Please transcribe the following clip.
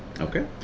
Okay